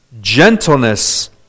gentleness